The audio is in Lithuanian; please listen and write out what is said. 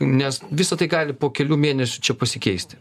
nes visa tai gali po kelių mėnesių čia pasikeisti